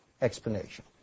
explanation